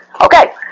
Okay